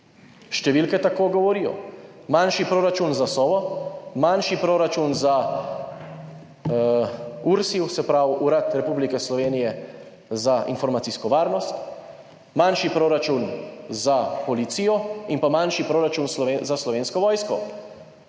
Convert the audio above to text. Številke tako govorijo, manjši proračun za Sovo, manjši proračun za URSIV, se pravi Urad Republike Slovenije za informacijsko varnost, manjši proračun za Policijo in pa manjši proračun za Slovensko vojsko.